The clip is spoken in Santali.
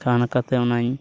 ᱠᱷᱟᱱ ᱠᱟᱛᱮᱫ ᱚᱱᱟᱧ